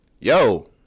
yo